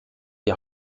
die